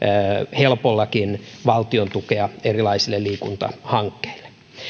helpollakin valtion tukea erilaisille liikuntahankkeille